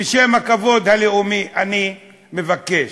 בשם הכבוד הלאומי "אני מבקש".